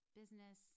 business